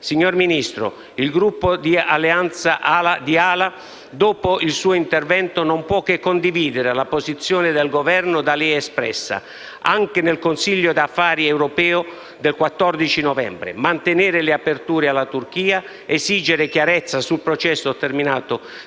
Signor Ministro, il Gruppo AL-A dopo il suo intervento non può che condividere la posizione del Governo da lei espressa anche nel Consiglio Affari esteri dell'Unione europea del 14 novembre: mantenere le aperture alla Turchia; esigere chiarezza sul processo di